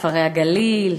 כפרי הגליל,